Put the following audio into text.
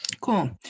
Cool